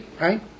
Right